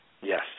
Yes